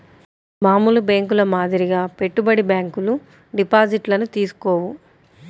మామూలు బ్యేంకుల మాదిరిగా పెట్టుబడి బ్యాంకులు డిపాజిట్లను తీసుకోవు